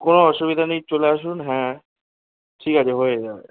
কোনো অসুবিধা নেই চলে আসুন হ্যাঁ ঠিক আছে হয়ে যাবে